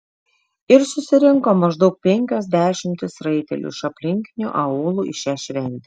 ir susirinko maždaug penkios dešimtys raitelių iš aplinkinių aūlų į šią šventę